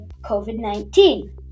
COVID-19